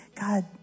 God